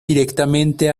directamente